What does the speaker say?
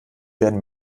werden